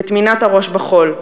בטמינת הראש בחול,